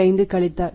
55 கழித்தல்